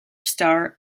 star